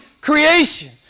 creation